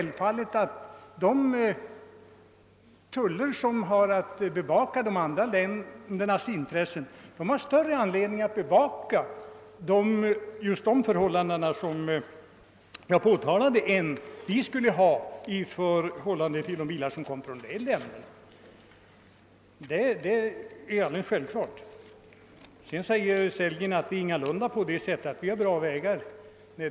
Detta gör att de tullmän som har att bevaka de andra ländernas intressen har större anledning att ge akt på just de förhållanden som jag påtalade än vad vi skulle ha med avseende på de bilar som kommer från en del andra länder. Detta är alldeles självklart. Vidare säger herr Sellgren att det ingalunda är på det sättet att vi har bra vägar i vårt land.